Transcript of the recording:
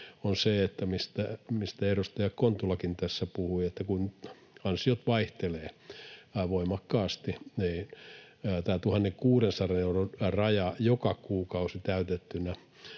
on se, mistä edustaja Kontulakin tässä puhui, että kun ansiot vaihtelevat voimakkaasti, niin tämä 1 600 euron raja joka kuukausi täytettynä